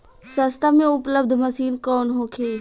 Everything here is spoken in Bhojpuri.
सस्ता में उपलब्ध मशीन कौन होखे?